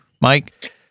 Mike